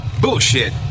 Bullshit